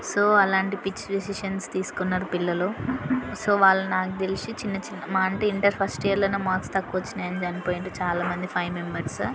so అలాంటి పిచ్చి decisions తీసుకున్నారు పిల్లలు సో వాళ్ళ నాకు తెలిసి చిన్న చిన్న మహా అంటే ఇంటర్ ఫస్ట్ ఇయర్లోనే మార్క్స్ తక్కువ వచ్చినాయని చనిపోయిండ్రు చాలా మంది ఫైవ్ మెంబర్సు